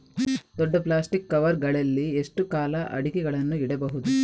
ದೊಡ್ಡ plastic cover ಗಳಲ್ಲಿ ಎಷ್ಟು ಕಾಲ ಅಡಿಕೆಗಳನ್ನು ಇಡಬಹುದು?